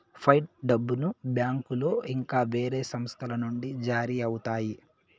fight డబ్బును బ్యాంకులో ఇంకా వేరే సంస్థల నుండి జారీ అవుతాయి